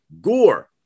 Gore